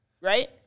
right